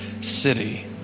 city